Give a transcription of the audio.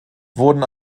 wurden